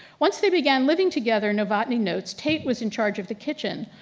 once they began living together, novotny notes, tate was in charge of the kitchen.